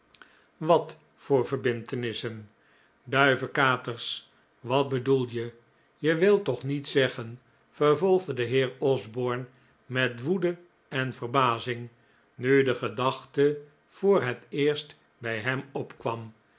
wat voor verbintenissen duivekaters wat bedoel je je wilt toch niet zeggen vervolgde de heer osborne met woede en verbazing nu de gedachte voor het eerst bij hem opkwam